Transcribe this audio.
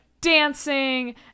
dancing